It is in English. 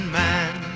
man